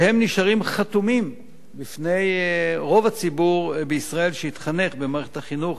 שהם נשארים חתומים בפני רוב הציבור בישראל שהתחנך במערכת החינוך